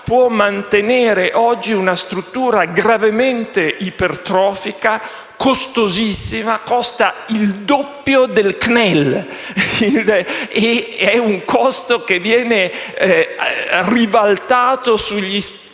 può mantenere oggi una struttura gravemente ipertrofica, costosissima: costa il doppio del CNEL; è un costo che viene ribaltato con gli stessi